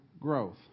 growth